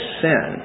sin